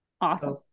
Awesome